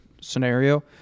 scenario